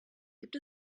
gibt